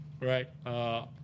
right